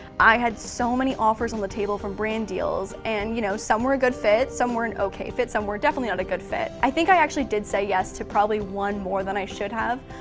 i had so many offers on the table from brand deals and you know some were a good fit, some were an okay fit. some were definitely not a good fit. i think i actually did say yes to probably one more than i should have,